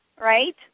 right